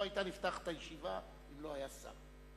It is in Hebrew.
לא היתה נפתחת הישיבה אם לא היה שר.